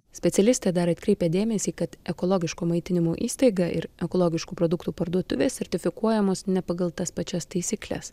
specialistė dar atkreipia dėmesį kad ekologiško maitinimo įstaiga ir ekologiškų produktų parduotuvės sertifikuojamos ne pagal tas pačias taisykles